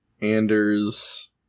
Anders